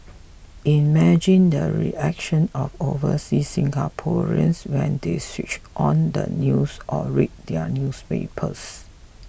imagine the reactions of overseas Singaporeans when they switched on the news or read their newspapers